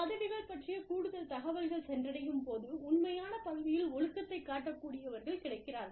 பதவிகள் பற்றிய கூடுதல் தகவல்கள் சென்றடையும் போது உண்மையான பதவியில் ஒழுக்கத்தை காட்ட கூடியவர்கள் கிடைக்கிறார்கள்